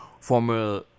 former